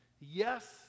Yes